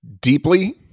deeply